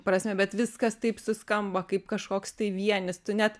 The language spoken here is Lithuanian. prasme bet viskas taip suskambo kaip kažkoks tai vienis tu net